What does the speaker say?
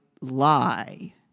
lie